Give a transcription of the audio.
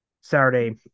Saturday